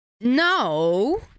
No